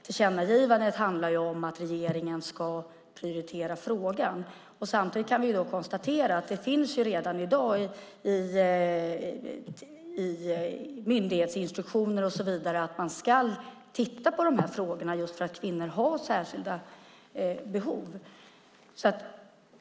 Tillkännagivandet handlar om att regeringen ska prioritera frågan. Samtidigt kan vi konstatera att det redan i dag i myndighetsinstruktioner och annat anges att man ska titta på dessa frågor just för att kvinnor har särskilda behov.